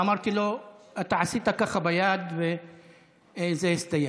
ואמרתי לו: אתה עשית ככה ביד וזה הסתיים.